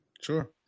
Sure